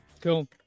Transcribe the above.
Cool